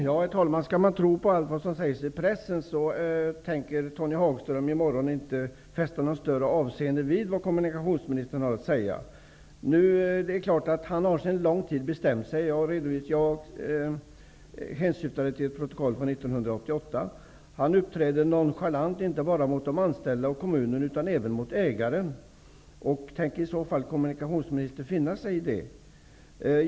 Herr talman! Om man nu skall tro på allt som sägs i pressen tänker Tony Hagström i morgon inte fästa något större avseende vid vad kommunikationsministern har att säga. Det är klart att han för länge sedan har bestämt sig. Jag hänsyftar till ett protokoll från 1988. Han uppträder nonchalant inte bara mot de anställda och kommunen utan även mot ägaren. Tänker i så fall kommunikationsministern finna sig i detta?